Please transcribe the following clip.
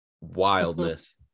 wildness